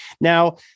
Now